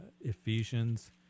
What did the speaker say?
Ephesians